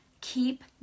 keep